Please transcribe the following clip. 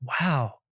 wow